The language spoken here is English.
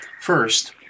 First